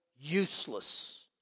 useless